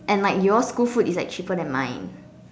and like your school food is like cheaper than mine